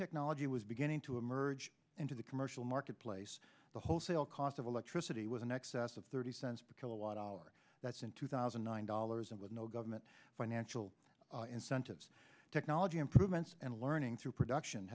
technology was beginning to emerge into the commercial marketplace the wholesale cost of electricity was in excess of thirty cents per kilowatt hour that's in two thousand and nine dollars and with no government financial incentives technology improvements and learning through production